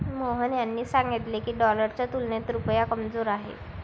मोहन यांनी सांगितले की, डॉलरच्या तुलनेत रुपया कमजोर आहे